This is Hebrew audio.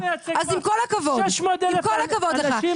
גם אני מייצג פה 600,000 עצמאים,